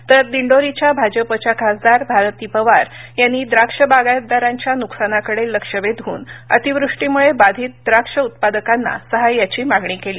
तर दिंडोरीच्या भाजपच्या खासदार भारती पवार यांनी द्राक्ष बागायतदारांच्या नुकसानाकडे लक्ष वेधून अतिवृष्टीमुळे बाधित द्राक्ष उत्पादकांना सहाय्याची मागणी केली